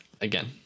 again